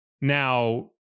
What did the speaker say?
Now